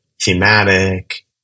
thematic